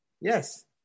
Yes